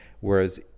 Whereas